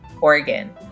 Oregon